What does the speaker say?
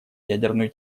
ядерную